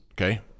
Okay